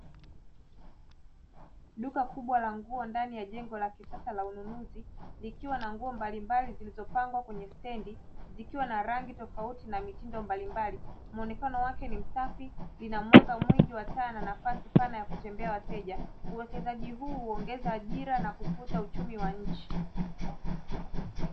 Duka kubwa la nguo ndani ya jengo la kisasa la ununuzi, likiwa na nguo mbalimbali zilizopangwa kwenye stendi, zikiwa na rangi tofauti na mitindo mbalimbali. Mwonekano wake ni msafi, lina mwanga mwingi wa taa na nafasi pana ya kutembea wateja. Uwekezaji huu huongeza ajira na kukuza uchumi wa nchi.